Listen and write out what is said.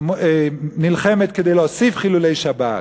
לא הייתה נלחמת כדי להוסיף חילולי שבת,